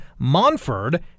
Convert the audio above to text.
Monford